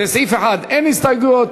לסעיף 1 אין הסתייגויות,